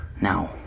Now